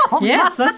Yes